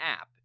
app